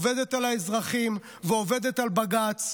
עובדת על אזרחים ועובדת על בג"ץ,